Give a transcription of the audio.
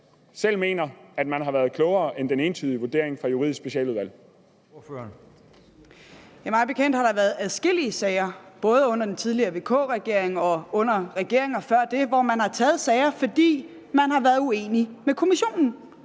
selv mener man har været klogere end den entydige vurdering fra Juridisk Specialudvalg. Kl. 11:21 Formanden: Ordføreren. Kl. 11:21 Sophie Løhde (V): Mig bekendt har der været adskillige sager, både under den tidligere VK-regering og under regeringer før den, hvor man har ført sager, fordi man har været uenig med Kommissionen,